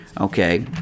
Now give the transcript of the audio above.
Okay